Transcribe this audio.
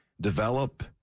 develop –